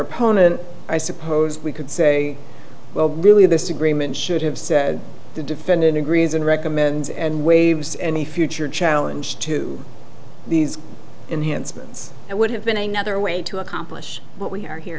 opponent i suppose we could say well really this agreement should have said the defendant agrees and recommends and waives any future challenge to these enhancements that would have been another way to accomplish what we are here